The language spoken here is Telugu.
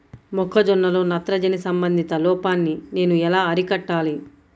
మొక్క జొన్నలో నత్రజని సంబంధిత లోపాన్ని నేను ఎలా అరికట్టాలి?